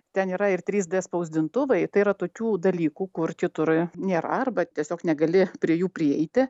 ten yra ir trys d spausdintuvai tai yra tokių dalykų kur kitur nėra arba tiesiog negali prie jų prieiti